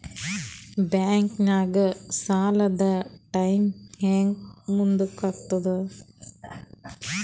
ಬ್ಯಾಂಕ್ದಾಗ ಸಾಲದ ಟೈಮ್ ಹೆಂಗ್ ಮುಂದಾಕದ್?